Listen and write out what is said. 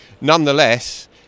nonetheless